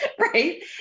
right